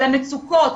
על המצוקות,